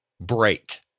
break